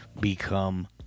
become